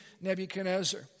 Nebuchadnezzar